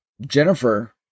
jennifer